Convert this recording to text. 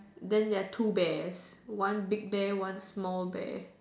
then there are two bears one big bear one small bear